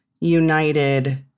united